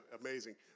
amazing